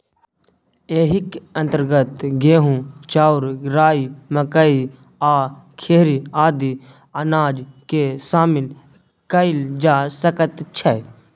एहिक अंतर्गत गहूम, चाउर, राई, मकई आ खेरही आदि अनाजकेँ शामिल कएल जा सकैत छै